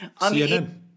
CNN